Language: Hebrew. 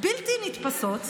בלתי נתפסות.